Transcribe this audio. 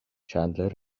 چندلر